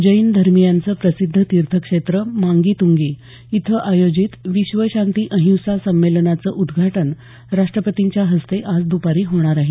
जैन धर्मीयांचं प्रसिद्ध तीर्थक्षेत्र मांगीतंगी इथं आयोजित विश्वशांती अहिंसा संमेलनांचं उद्घाटन राष्ट्रपतींच्या हस्ते आज दपारी होणार आहे